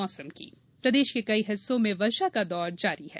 मौसम प्रदेश के कई हिस्सों में वर्षा का दौर जारी है